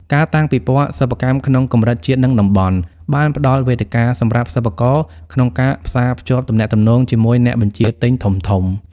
ការតាំងពិព័រណ៍សិប្បកម្មក្នុងកម្រិតជាតិ និងតំបន់ បានផ្ដល់វេទិកាសម្រាប់សិប្បករក្នុងការផ្សារភ្ជាប់ទំនាក់ទំនងជាមួយអ្នកបញ្ជាទិញធំៗ។